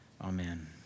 Amen